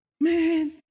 man